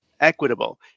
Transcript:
equitable